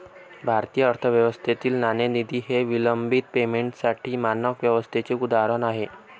भारतीय अर्थव्यवस्थेतील नाणेनिधी हे विलंबित पेमेंटसाठी मानक व्यवस्थेचे उदाहरण आहे